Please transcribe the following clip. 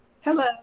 Hello